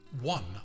One